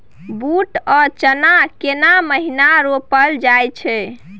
बूट आ चना केना महिना रोपल जाय छै?